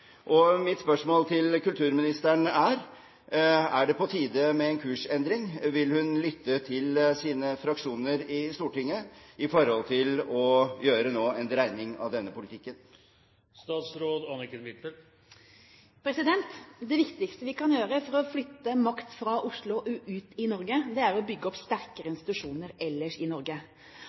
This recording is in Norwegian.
Mitt spørsmål til kulturministeren er: Er det på tide med en kursendring? Vil hun lytte til sine fraksjoner i Stortinget med hensyn til å gjøre en dreining av denne politikken? Det viktigste vi kan gjøre for å flytte makt fra Oslo og ut i Norge, er å bygge opp sterkere institusjoner ellers i Norge.